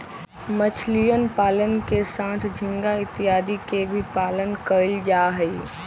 मछलीयन पालन के साथ झींगा इत्यादि के भी पालन कइल जाहई